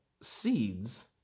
seeds